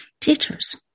teachers